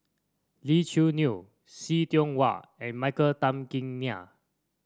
Lee Choo Neo See Tiong Wah and Michael Tan Kim Nei